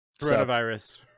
coronavirus